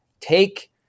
Take